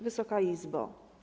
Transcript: Wysoka Izbo!